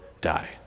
die